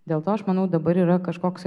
dėl to aš manau dabar yra kažkoks